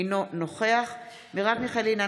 אינו נוכחת מרב מיכאלי,